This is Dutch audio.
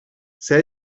zij